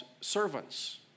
servants